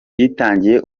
yitangiye